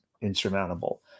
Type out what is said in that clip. insurmountable